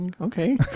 okay